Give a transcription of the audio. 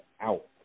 out